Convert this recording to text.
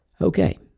Okay